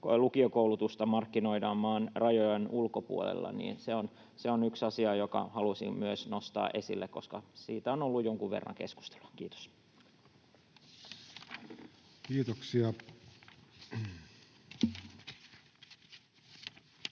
lukiokoulutusta markkinoidaan maan rajojen ulkopuolella. Se on yksi asia, jonka halusin myös nostaa esille, koska siitä on ollut jonkun verran keskustelua. — Kiitos.